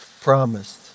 promised